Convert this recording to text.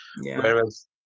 Whereas